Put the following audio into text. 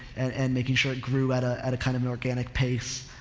and, and making sure it grew at a, at a kind of an organic pace.